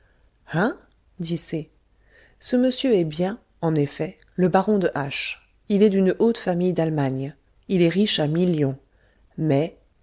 hein dit c ce monsieur est bien en effet le baron de h il est d'une haute famille d'allemagne il est riche à millions mais